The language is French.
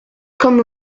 comme